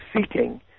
seeking